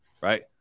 Right